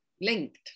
linked